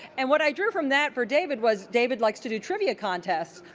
and what i drew from that for david was david likes to do trivia contests,